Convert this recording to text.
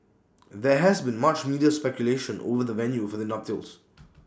there has been much media speculation over the venue for the nuptials